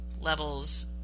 levels